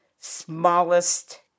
smallest